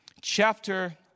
chapter